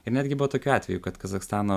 ir netgi buvo tokių atvejų kad kazachstano